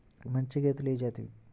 మంచి గేదెలు ఏ జాతివి?